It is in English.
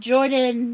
Jordan